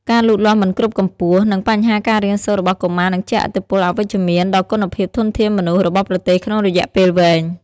ការលូតលាស់មិនគ្រប់កម្ពស់ និងបញ្ហាការរៀនសូត្ររបស់កុមារនឹងជះឥទ្ធិពលអវិជ្ជមានដល់គុណភាពធនធានមនុស្សរបស់ប្រទេសក្នុងរយៈពេលវែង។